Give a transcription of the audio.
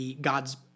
God's